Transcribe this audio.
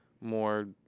more